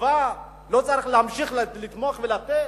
טובה, לא צריך להמשיך לתמוך ולתת?